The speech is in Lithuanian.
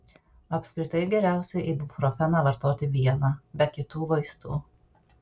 apskritai geriausiai ibuprofeną vartoti vieną be kitų vaistų